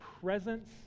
presence